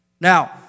Now